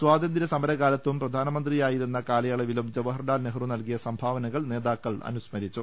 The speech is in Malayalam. സ്വാതന്ത്ര്യ സമരകാലത്തും പ്രധാനമന്ത്രിയായിരുന്ന കാലയ ളവിലും ജവഹർലാൽ നെഹ്റു നൽകിയ സംഭാവനകൾ നേതാ ക്കൾ അനുസ്മരിച്ചു